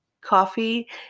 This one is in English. Coffee